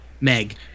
Meg